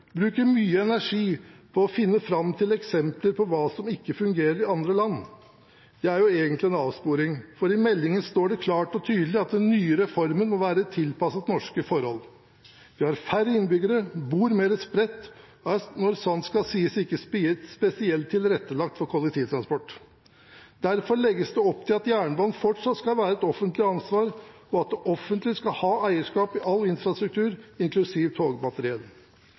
bruker mye energi på å finne fram til eksempler på hva som ikke fungerer i andre land. Det er jo egentlig en avsporing, for i meldingen står det klart og tydelig at den nye reformen må være tilpasset norske forhold. Vi har færre innbyggere, bor mer spredt, og landet er, når sant skal sies, ikke spesielt tilrettelagt for kollektivtransport. Derfor legges det opp til at jernbanen fortsatt skal være et offentlig ansvar, og at det offentlige skal ha eierskap til all infrastruktur, inklusiv